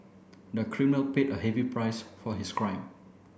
the criminal paid a heavy price for his crime